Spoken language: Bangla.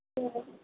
ঠিক আছে